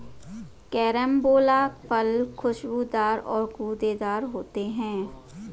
carambola फल खुशबूदार और गूदेदार होते है